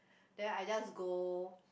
then I just go